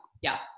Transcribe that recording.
yes